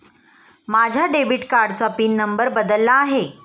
माझ्या डेबिट कार्डाचा pin number बदलला आहे